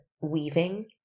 weaving